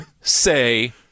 say